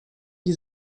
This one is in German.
die